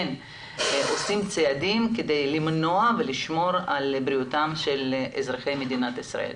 עושים צעדים כדי למנוע ולשמור על בריאותם של אזרחי מדינת ישראל.